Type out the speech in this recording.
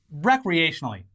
recreationally